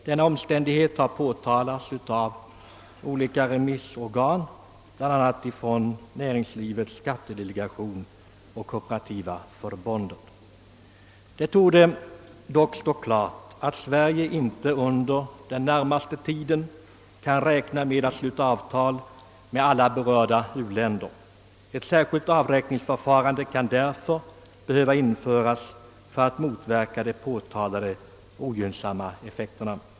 Denna omständighet har påtalats av olika remissorgan, bl.a. Näringslivets skattedelegation och Kooperativa förbundet. Det torde stå klart att Sverige inte under den närmaste tiden kan räkna med att sluta dubbelbeskattningsavtal med alla berörda u-länder. Ett särskilt avräkningsförfarande kan därför behöva införas för att motverka de påtalade ogynnsamma effekterna.